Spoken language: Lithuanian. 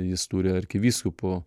jis turi arkivyskupo